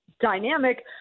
dynamic